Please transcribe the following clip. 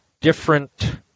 different